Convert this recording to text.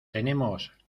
tenemos